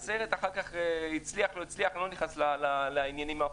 זה מה שאנחנו מנסים פה לסחוט לסחוט את הלימון ולחלוב את הפרה.